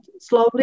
slowly